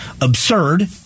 absurd